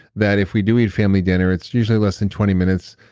that if we do eat family dinner, it's usually less than twenty minutes.